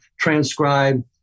transcribe